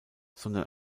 sondern